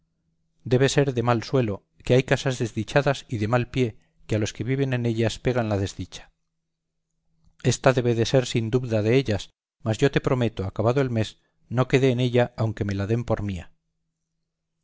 debe ser de mal suelo que hay casas desdichadas y de mal pie que a los que viven en ellas pegan la desdicha ésta debe de ser sin dubda de ellas mas yo te prometo acabado el mes no quede en ella aunque me la den por mía